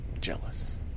jealous